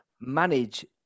manage